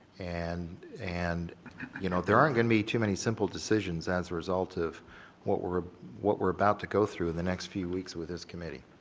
and and you know, there aren't going to be too many simple decisions as a result of what we're what we're about to go through in the next few weeks with this committee.